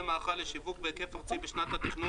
מאכל לשיווק בהיקף ארצי בשנת התכנון,